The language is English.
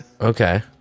okay